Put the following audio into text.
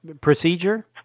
procedure